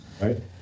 Right